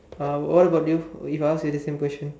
uh what about you if I ask you the same question